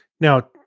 Now